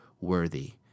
worthy